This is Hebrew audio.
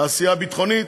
העשייה הביטחונית,